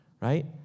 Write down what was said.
right